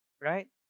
right